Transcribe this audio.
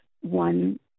one